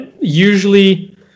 usually